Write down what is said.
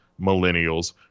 millennials